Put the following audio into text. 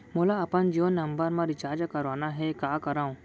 मोला अपन जियो नंबर म रिचार्ज करवाना हे, का करव?